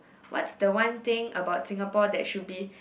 what's the one thing about Singapore that should be